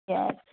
इएह छै